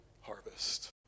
harvest